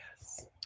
Yes